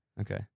Okay